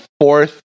fourth